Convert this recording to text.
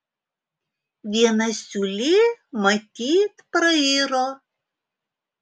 viena siūlė matyt prairo